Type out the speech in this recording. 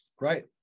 Right